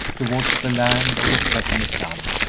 towards the land of the setting sun.